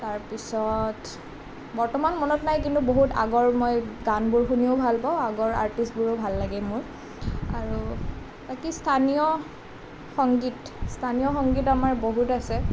তাৰপিছত বৰ্তমান মনত নাই কিন্তু বহুত আগৰ মই গানবোৰ শুনিও ভাল পাওঁ আগৰ আৰ্টিছবোৰো ভাল লাগে মোৰ আৰু বাকী স্থানীয় সংগীত স্থানীয় সংগীত আমাৰ বহুত আছে